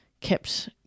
kept